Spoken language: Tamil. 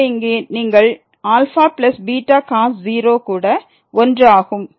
எனவே இங்கே நீங்கள் αβ cos 0 கூட 1 ஆகும்